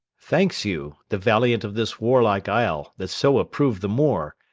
thanks you, the valiant of this warlike isle, that so approve the moor!